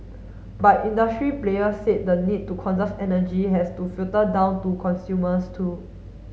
but industry players say the need to conserve energy has to filter down to consumers too